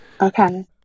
okay